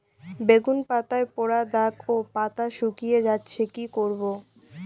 বেগুন পাতায় পড়া দাগ ও পাতা শুকিয়ে যাচ্ছে কি করব?